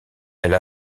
elle